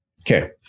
Okay